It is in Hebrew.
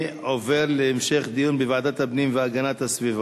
עובר להמשך דיון בוועדת הפנים והגנת הסביבה.